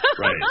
Right